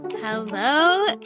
hello